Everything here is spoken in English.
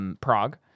Prague